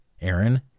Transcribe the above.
aaron